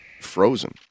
frozen